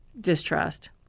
distrust